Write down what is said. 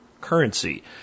currency